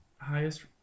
highest